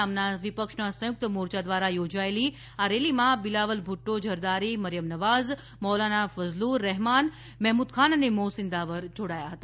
નામના વિપક્ષના સંયુક્ત મોર્ચા દ્વારા યોજાયેલી આ રેલીમાં બિલાવલ ભુદ્દો ઝરદારી મર્ચમ નવાઝ મૌલાના ફઝલુર રહેમાન મહેમુદ ખાન અને મોહસીન દાવર જોડાયા હતા